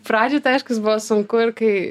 pradžioj tai aiškus buvo sunku ir kai